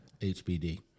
HBD